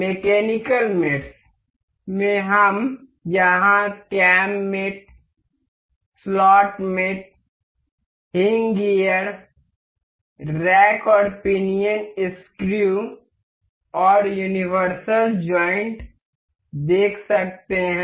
mechanical mates में हम यहाँ cam mate cam mate slot mate hinge gear rack और पिनियन स्क्रू और यूनिवर्सल जॉइंट देख सकते हैं